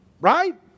Right